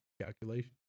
calculation